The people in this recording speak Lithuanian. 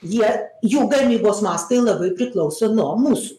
jie jų gamybos mastai labai priklauso nuo mūsų